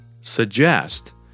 suggest